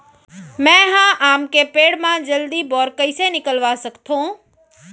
मैं ह आम के पेड़ मा जलदी बौर कइसे निकलवा सकथो?